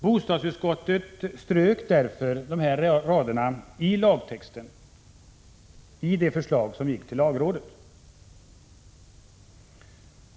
Bostadsutskottet strök därför dessa rader i det förslag till lagtext som gick till lagrådet.